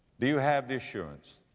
do you have the assurance,